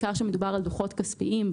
בעיקר כאשר מדובר על דוחות כספיים,